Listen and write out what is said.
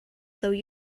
though